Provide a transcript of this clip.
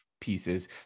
pieces